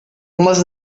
unless